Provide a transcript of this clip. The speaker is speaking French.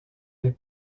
les